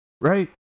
right